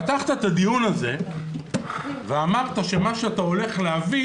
פתחת את הדיון הזה ואמרת שמה שאתה הולך להביא